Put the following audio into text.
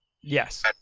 yes